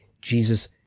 Jesus